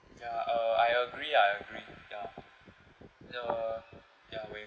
ya uh I agree I agree ya uh ya may